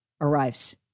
arrives